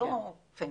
לא "FANCY".